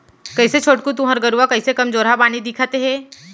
कइसे छोटकू तुँहर गरूवा कइसे कमजोरहा बानी दिखत हे